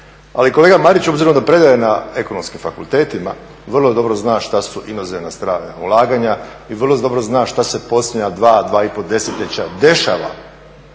Ali kolega Marić, obzirom da predaje na ekonomskim fakultetima, vrlo dobro zna šta su inozemna strana ulaganja i vrlo dobro zna šta se posljednja dva, dva i pol desetljeća dešava